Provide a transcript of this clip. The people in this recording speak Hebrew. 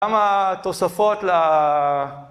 כמה תוספות ל...